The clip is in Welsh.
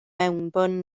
mewnbwn